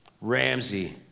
Ramsey